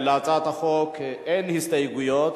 להצעת החוק אין הסתייגויות,